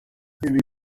ibi